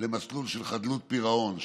למסלול של חדלות פירעון,